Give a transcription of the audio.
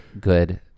Good